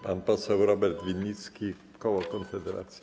Pan poseł Robert Winnicki, koło Konfederacja.